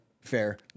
fair